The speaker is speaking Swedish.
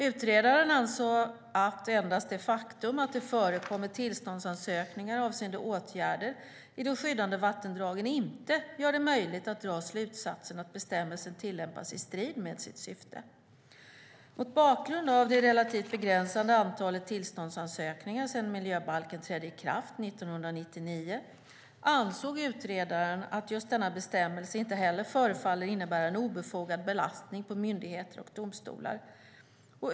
Utredaren ansåg att endast det faktum att det förekommer tillståndsansökningar avseende åtgärder i de skyddade vattendragen inte gör det möjligt att dra slutsatsen att bestämmelsen tillämpas i strid med sitt syfte. Mot bakgrund av det relativt begränsade antalet tillståndsansökningar sedan miljöbalken trädde i kraft 1999 ansåg utredaren att just denna bestämmelse inte heller förefaller innebära en obefogad belastning på myndigheter och domstolar.